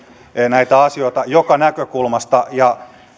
näitä asioita joka näkökulmasta ja